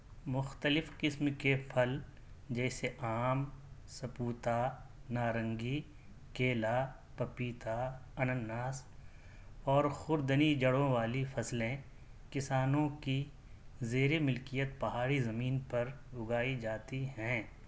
مختلف قِسم کے پھل جیسے آم سپوتا نارنگی کیلا پپیتا انناس اور خوردنی جڑوں والی فصلیں کِسانوں کی زیرِ ملکیت پہاڑی زمین پر اُگائی جاتی ہیں